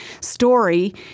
story